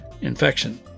infection